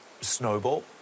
snowball